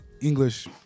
English